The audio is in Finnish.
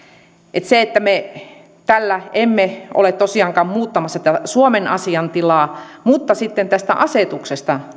se että me tällä emme ole tosiaankaan muuttamassa suomen asiantilaa mutta tämä tulee tästä asetuksesta